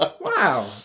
wow